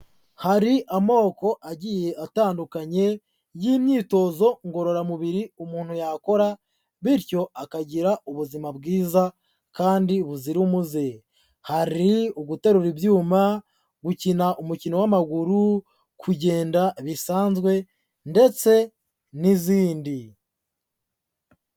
Hari amoko agiye atandukanye y'imyitozo ngororamubiri umuntu yakora bityo akagira ubuzima bwiza kandi buzira umuze, hari uguterura ibyuma, gukina umukino w'amaguru, kugenda bisanzwe ndetse n'izindi.